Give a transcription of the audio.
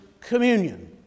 Communion